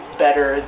better